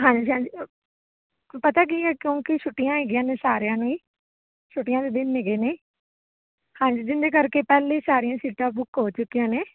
ਹਾਂਜੀ ਹਾਂਜੀ ਪਤਾ ਕੀ ਹੈ ਕਿਉਂਕਿ ਛੁੱਟੀਆਂ ਹੈਗੀਆਂ ਨੇ ਸਾਰਿਆਂ ਨੂੰ ਹੀ ਛੁੱਟੀਆਂ ਦੇ ਦਿਨ ਹੈਗੇ ਨੇ ਹਾਂਜੀ ਜਿਹਦੇ ਕਰਕੇ ਪਹਿਲੇ ਸਾਰੀਆਂ ਸੀਟਾਂ ਬੁੱਕ ਹੋ ਚੁੱਕੀਆਂ ਨੇ